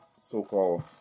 so-called